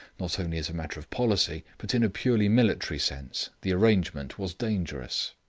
not only as a matter of policy, but in a purely military sense, the arrangement was dangerous.